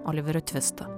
oliverio tvisto